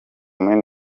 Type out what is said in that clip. muri